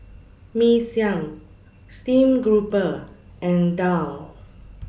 Mee Siam Stream Grouper and Daal